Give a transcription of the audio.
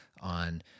on